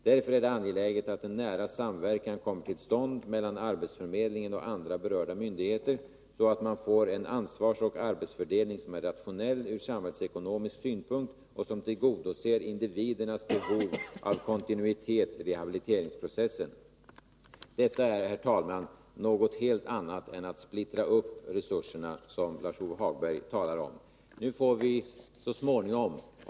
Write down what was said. Därför är det angeläget att en nära samverkan kommer till stånd mellan arbetsförmedlingen och andra berörda myndigheter, så att man får en ansvarsoch arbetsfördelning som är rationell ur samhällsekonomisk synpunkt och som tillgodoser individernas behov av kontinuitet i rehabiliteringsprocessen. Herr talman! Detta är någonting helt annat än att splittra upp resurserna, som Lars-Ove Hagberg talar om.